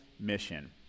mission